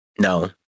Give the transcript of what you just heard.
No